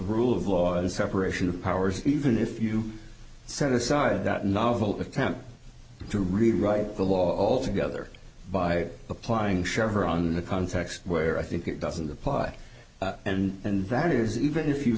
rule of law and separation of powers even if you set aside that novel attempt to rewrite the law altogether by applying share her on the context where i think it doesn't apply and that is even if you